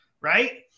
Right